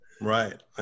Right